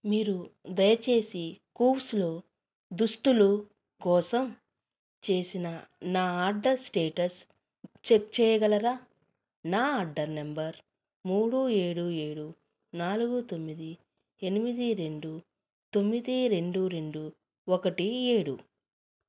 మీరు దయచేసి కూవ్స్లో దుస్తులు కోసం చేసిన నా ఆర్డర్ స్టేటస్ చెక్ చేయగలరా నా ఆర్డర్ నెంబర్ మూడు ఏడు ఏడు నాలుగు తొమ్మిది ఎనిమిది రెండు తొమ్మిది రెండు రెండు ఒకటి ఏడు